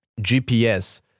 GPS